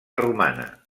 romana